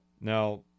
now